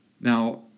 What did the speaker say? Now